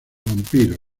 vampiro